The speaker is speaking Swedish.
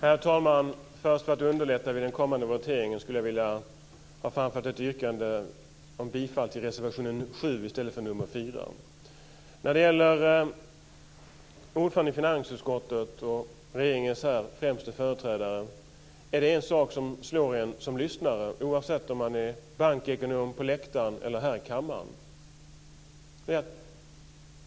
Herr talman! För att underlätta vid den kommande voteringen skulle jag först vilja framföra ett yrkande om bifall till reservation nr 7 i stället för nr 4. När det gäller ordföranden i finansutskottet och regeringens främste företrädare här är det en sak som slår en som lyssnare, oavsett om man är bankekonom på läktaren eller om man är här i kammaren.